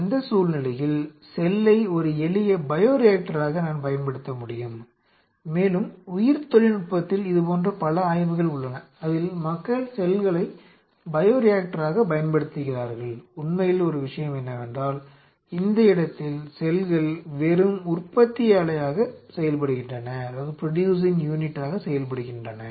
அந்த சூழ்நிலையில் செல்லை ஒரு எளிய பையோரியாக்டராக நான் பயன்படுத்த முடியும் மேலும் உயிர்த்தொழில்நுட்பத்தில் இதுபோன்ற பல ஆய்வுகள் உள்ளன அதில் மக்கள் செல்களை பையோரியாக்டராகப் பயன்படுத்துகிறார்கள் உண்மையில் ஒரு விஷயம் என்னவென்றால் இந்த இடத்தில் செல்கள் வெறும் உற்பத்தி ஆலையாக செயல்படுகின்றன